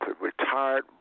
retired